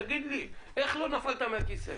תגיד לי, איך לא נפלת מהכיסא?